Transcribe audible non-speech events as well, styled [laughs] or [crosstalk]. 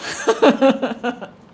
[laughs]